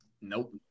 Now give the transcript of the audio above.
Nope